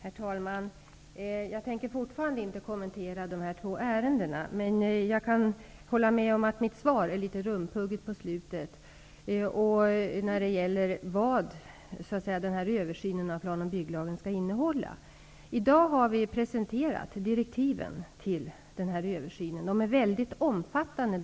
Herr talman! Jag tänker fortfarande inte kommentera de två ärendena, men jag kan hålla med om att mitt svar är litet rumphugget på slutet, när det gäller vad översynen av plan och bygglagen skall innehålla. I dag har vi presenterat direktiven till översynen, och de är väldigt omfattande.